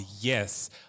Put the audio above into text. yes